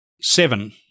seven